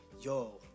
yo